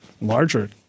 larger